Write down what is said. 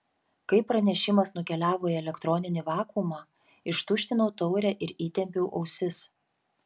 kai pranešimas nukeliavo į elektroninį vakuumą ištuštinau taurę ir įtempiau ausis